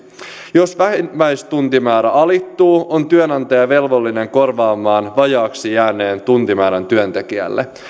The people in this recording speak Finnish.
jos vähimmäistuntimäärä alittuu on työnantaja velvollinen korvaamaan vajaaksi jääneen tuntimäärän työntekijälle